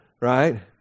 right